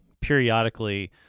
periodically